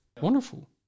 Wonderful